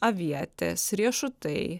avietės riešutai